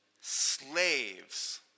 Slaves